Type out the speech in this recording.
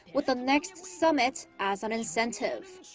with the next summit as an incentive.